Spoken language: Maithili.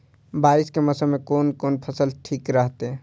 बारिश के मौसम में कोन कोन फसल ठीक रहते?